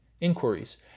inquiries